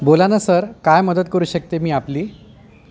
बोला ना सर काय मदत करू शकते मी आपली